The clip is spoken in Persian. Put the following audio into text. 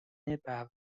ببرها